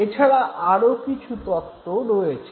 এছাড়াও আরো কিছু তত্ত্ব রয়েছে